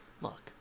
look